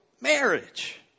marriage